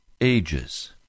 ages